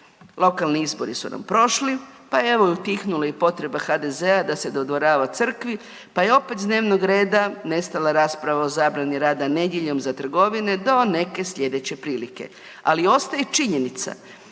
Lokalni izbori su nam prošli, pa je evo utihnula i potreba HDZ-a da se dodvorava crkvi pa je opet s dnevnog reda nestala rasprava o zabrani rada nedjeljom za trgovine do neke slijedeće prilike. Ali ostaje činjenica